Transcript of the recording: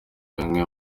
bimwe